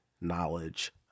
knowledge